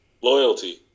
loyalty